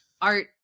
art